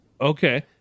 Okay